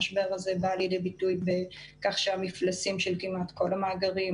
המשבר הזה בא לידי ביטוי בכך שהמפלסים של כמעט כל המאגרים